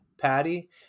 Patty